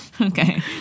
Okay